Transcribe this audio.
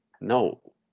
no